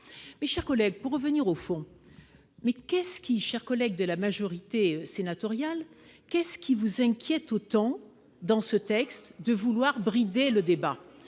mes chers collègues, pour revenir au fond mais qu'est-ce qui chers collègues de la majorité sénatoriale qu'est-ce qui vous inquiète autant dans ce texte de vouloir brider le débat